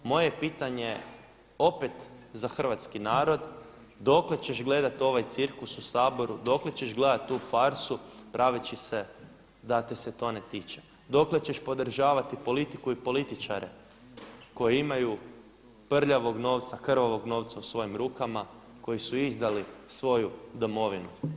Moje je pitanje opet za hrvatski narod, dokle ćeš gledati ovaj cirkus u Saboru, dokle ćeš gledati tu farsu praveći se da te se to ne tiče, dokle ćeš podržavati politiku i političare koji imaju prljavog novca, krvavog novca u svojim rukama koji su izdali svoju domovinu?